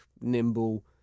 nimble